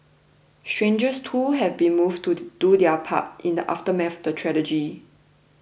strangers too have been moved to do their part in the aftermath of the tragedy